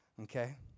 okay